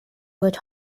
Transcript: wood